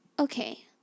Okay